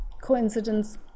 coincidence